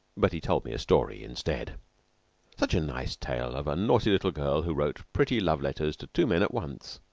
but he told me a story instead such a nice tale of a naughty little girl who wrote pretty love letters to two men at once.